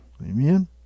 Amen